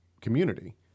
community